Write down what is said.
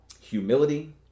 humility